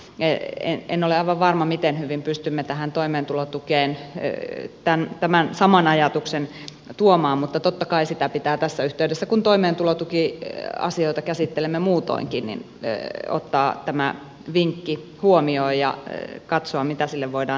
en ole aivan varma miten hyvin pystymme tähän toimeentulotukeen tämän saman ajatuksen tuomaan mutta totta kai pitää tässä yhteydessä kun toimeentulotukiasioita käsittelemme muutoinkin ottaa tämä vinkki huomioon ja katsoa mitä sille voidaan tehdä